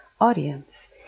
audience